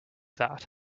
that